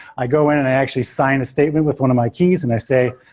i go in and i actually sign a statement with one of my keys and i say,